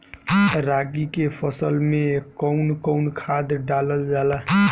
रागी के फसल मे कउन कउन खाद डालल जाला?